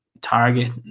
target